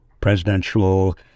presidential